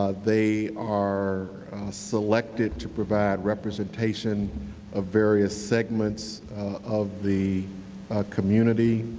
ah they are selected to provide representation of various segments of the community.